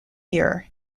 year